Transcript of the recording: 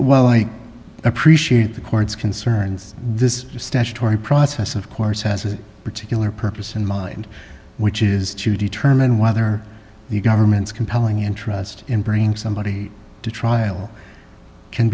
while i appreciate the court's concerns this statutory process of course has a particular purpose in mind which is to determine whether the government's compelling interest in bringing somebody to trial can